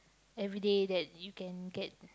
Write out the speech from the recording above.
every day that you can get